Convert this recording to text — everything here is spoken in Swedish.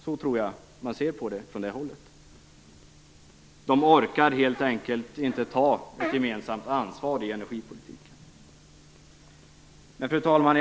Så tror jag att man ser på det från det hållet. De orkar helt enkelt inte ta ett gemensamt ansvar i energipolitiken. Fru talman!